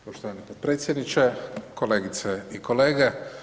Poštovani potpredsjedniče, kolegice i kolege.